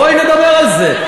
בואי נדבר על זה.